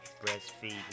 Breastfeed